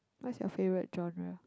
what's your favourite genre